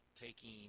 taking